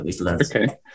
Okay